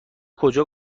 کجا